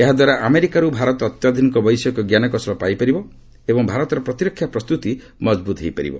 ଏହାଦ୍ୱାରା ଆମେରିକାରୁ ଭାରତ ଅତ୍ୟାଧୁନିକ ବୈଷୟିକ ଜ୍ଞାନକୌଶଳ ପାଇପାରିବ ଏବଂ ଭାରତର ପ୍ରତିରକ୍ଷା ପ୍ରସ୍ତତି ମଜବୃତ ହୋଇପାରିବ